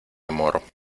amor